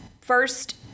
first